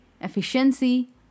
efficiency